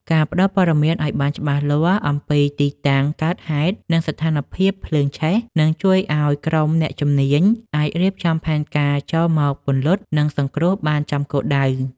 ការផ្ដល់ព័ត៌មានឱ្យបានច្បាស់លាស់អំពីទីតាំងកើតហេតុ និងស្ថានភាពភ្លើងឆេះ នឹងជួយឱ្យក្រុមអ្នកជំនាញអាចរៀបចំផែនការចូលមកពន្លត់ និងសង្គ្រោះបានចំគោលដៅ។